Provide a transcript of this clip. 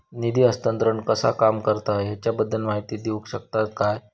निधी हस्तांतरण कसा काम करता ह्याच्या बद्दल माहिती दिउक शकतात काय?